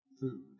food